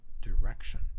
direction